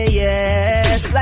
yes